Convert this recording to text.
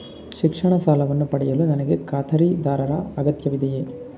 ಶಿಕ್ಷಣ ಸಾಲವನ್ನು ಪಡೆಯಲು ನನಗೆ ಖಾತರಿದಾರರ ಅಗತ್ಯವಿದೆಯೇ?